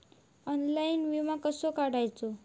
Online विमो कसो काढायचो?